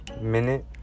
minute